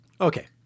Okay